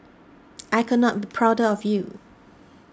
I could not be prouder of you